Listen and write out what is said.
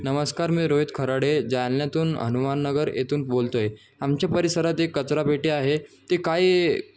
नमस्कार मी रोहित खराडे जलन्यातून हनुमान नगर येथून बोलतो आहे आमच्या परिसरात एक कचरापेटी आहे ते काही